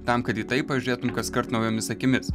tam kad į tai pažiūrėtum kaskart naujomis akimis